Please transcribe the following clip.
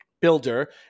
Builder